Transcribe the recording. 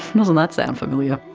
doesn't that sound familiar!